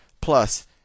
plus